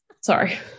Sorry